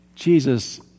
Jesus